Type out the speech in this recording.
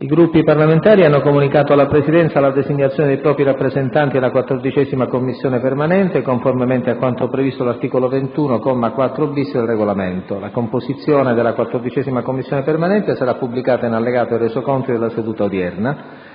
I Gruppi parlamentari hanno comunicato alla Presidenza la designazione dei propri rappresentanti nella 14a Commissione permanente, conformemente a quanto previsto dall'articolo 21, comma 4-*bis*, del Regolamento. La composizione della 14a Commissione permanente sarà pubblicata in allegato ai Resoconti della seduta odierna.